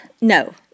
no